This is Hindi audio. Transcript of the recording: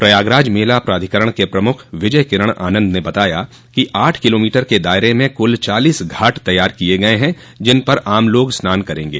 प्रयागराज मेला प्राधिकरण के प्रमुख विजय किरण आनंद ने बताया कि आठ किलोमोटर क दायरे में कुल चालोस घाट तैयार किये गये है जिन पर आम लोग स्नान करेंगे